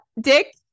Dick